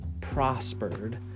prospered